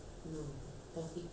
how long are we asking